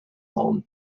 long